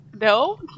no